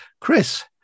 chris